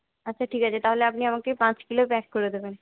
আচ্ছা ঠিক আছে তাহলে আপনি আমাকে পাঁচ কিলো প্যাক করে দেবেন